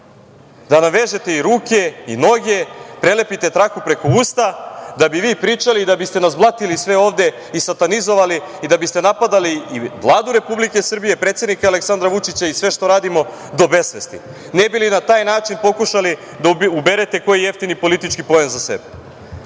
Da nam vežete i ruke i noge, prelepite traku preko usta da bi vi pričali i da biste nas blatili sve ovde i satanizovali i da biste napadali i Vladu Republike Srbije, predsednika Aleksandra Vučića i sve što radimo do besvesti ne bi li na taj način pokušali da uberete koji jeftini politički poen za sebe? Na